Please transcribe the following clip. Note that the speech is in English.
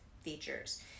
features